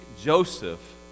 Joseph